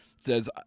says